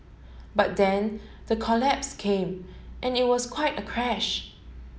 but then the collapse came and it was quite a crash